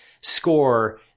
score